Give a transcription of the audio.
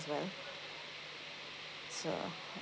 as well so